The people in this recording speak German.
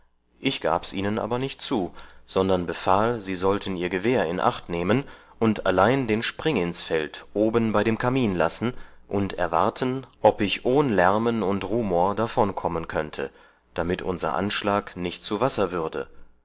ich gabs ihnen aber nicht zu sondern befahl sie sollten ihr gewehr in acht nehmen und allein den springinsfeld oben bei dem kamin lassen und erwarten ob ich ohn lärmen und rumor davonkommen könnte damit unser anschlag nicht zu wasser würde